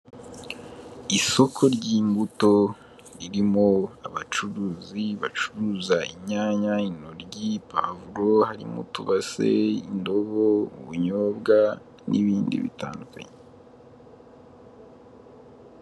Isoko ry'imbuto ririmo abacuruzi bacuruza inyanya, intoryi, pavuro harimo utubase, indobo, ubunyobwa n'ibindi bitandukanye.